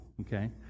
Okay